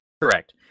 correct